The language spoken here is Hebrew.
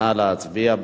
נא להצביע.